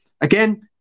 Again